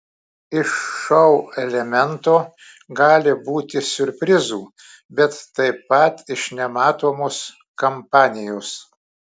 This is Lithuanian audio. iš šou elemento gali būti siurprizų bet taip pat iš nematomos kampanijos